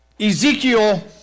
Ezekiel